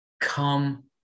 come